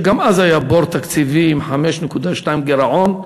וגם אז היה בור תקציבי עם 5.2 גירעון,